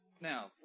Now